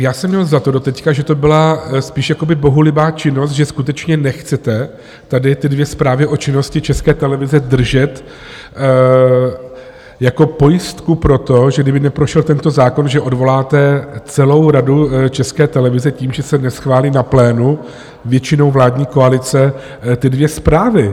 Já jsem měl doteď za to, že to byla spíš jakoby bohulibá činnost, že skutečně nechcete tady ty dvě zprávy o činnosti České televize držet jako pojistku proto, že kdyby neprošel tento zákon, že odvoláte celou Radu České televize tím, že se neschválí na plénu většinou vládní koalice ty dvě zprávy.